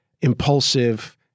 impulsive